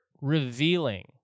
revealing